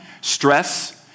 stress